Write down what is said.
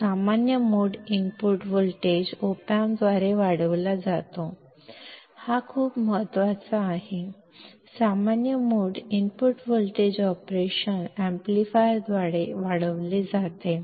ಇದು common mode input voltage ಅನ್ನು ಒಪಾಮ್ಪ್ನಿಂದ ಆಂಪ್ಲಿಫೈಡ್ ಮಾಡುವ ಒಂದು ಅಂಶವಾಗಿದೆ ಈ ಪದವು ಬಹಳ ಮುಖ್ಯವಾಗಿದೆ ಕಾಮನ್ ಮೋಡ್ ಇನ್ಪುಟ್ ವೋಲ್ಟೇಜ್ ಅನ್ನು ಆಪರೇಷನ್ ಆಂಪ್ಲಿಫೈಯರ್ನಿಂದ ಆಂಪ್ಲಿಫೈಡ್ ಮಾಡಲಾಗುತ್ತದೆ